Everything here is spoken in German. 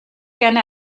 gerne